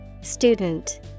Student